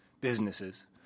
businesses